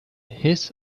his